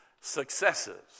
successes